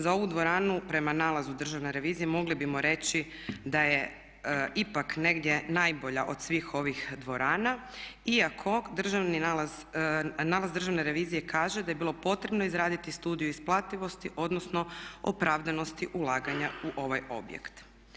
Za ovu dvoranu prema nalazu državne revizije mogli bismo reći da je ipak negdje najbolja od svih ovih dvorana iako nalaz državne revizije kaže da je bilo potrebno izraditi studiju isplativosti odnosno opravdanosti ulaganja u ovaj objekt.